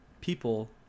people